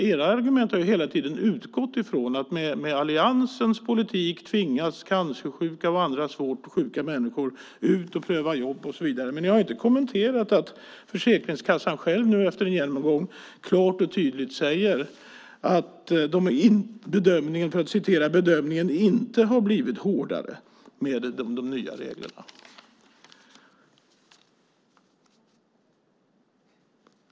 Era argument har hela tiden utgått från att cancersjuka och andra svårt sjuka människor med alliansens politik tvingas ut för att pröva jobb och så vidare. Men ni har inte kommenterat att Försäkringskassan själv nu efter en genomgång klart och tydligt säger att bedömningen inte har blivit hårdare med de nya reglerna.